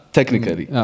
Technically